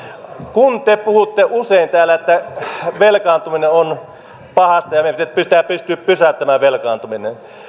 kun te puhutte usein täällä että velkaantuminen on pahasta ja meidän pitää pystyä pysäyttämään velkaantuminen